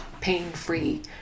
pain-free